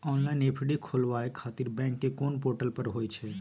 Online FD खोलाबय खातिर bank के कोन पोर्टल पर होए छै?